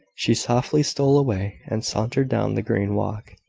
she softly stole away, and sauntered down the green walk.